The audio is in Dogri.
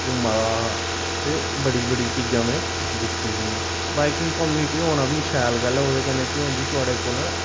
घुम्मै दा हा ते बड़ी बड़ी चीजां में दिक्खी दियां बाइकिंग कम्युनिटी होना बी शैल गल्ल ऐ ओह्दे कन्नै केह् होंदी थुआढ़े कोल